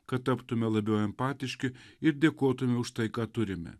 kad taptumėme labiau empatiški ir dėkotumėme už tai ką turime